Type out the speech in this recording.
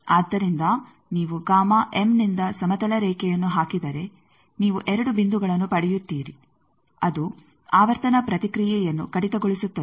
ಆದ್ದರಿಂದ ನೀವು ನಿಂದ ಸಮತಲ ರೇಖೆಯನ್ನು ಹಾಕಿದರೆ ನೀವು 2 ಬಿಂದುಗಳನ್ನು ಪಡೆಯುತ್ತೀರಿ ಅದು ಆವರ್ತನ ಪ್ರತಿಕ್ರಿಯೆಯನ್ನು ಕಡಿತಗೊಳಿಸುತ್ತದೆ